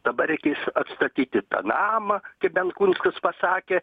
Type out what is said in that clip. dabar reikės atstatyti namą tai bent kunskus pasakė